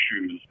shoes